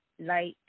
light